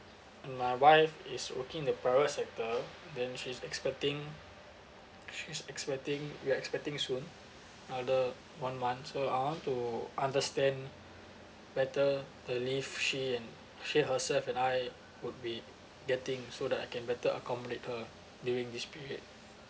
and my wife is working in the private sector and then she's expecting she's expecting we're expecting soon another one month so I want to understand better the leave she and she and herself and I would be getting so that I can better accommodate her during this period